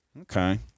Okay